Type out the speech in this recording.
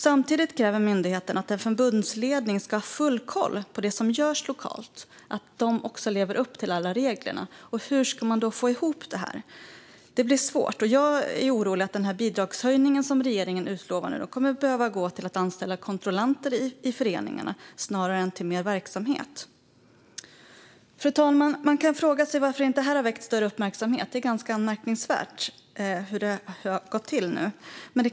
Samtidigt kräver myndigheten att en förbundsledning ska ha full koll på att det som görs lokalt lever upp till alla regler. Hur ska man få ihop detta? Det blir svårt. Jag är orolig för att den bidragshöjning som regeringen nu utlovar kommer att behöva gå till att anställa kontrollanter i föreningarna snarare än till mer verksamhet. Fru talman! Man kan fråga sig varför detta inte har väckt större uppmärksamhet. Det är ganska anmärkningsvärt hur det har gått till.